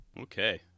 Okay